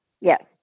Yes